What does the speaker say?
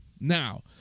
Now